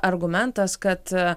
argumentas kad